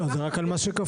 לא, זה רק על מה שכפול.